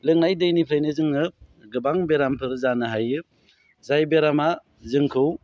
लोंनाय दैनिफ्रायनो जोङो गोबां बेरामफोर जानो हायो जाय बेरामा जोंखौ